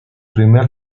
primer